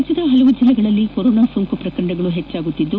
ರಾಜ್ಯದ ಅನೇಕ ಜಿಲ್ಲೆಗಳಲ್ಲಿ ಕೊರೋನಾ ಸೋಂಕು ಪ್ರಕರಣಗಳು ಹೆಚ್ಚುತ್ತಿದ್ದು